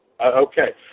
Okay